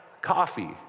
coffee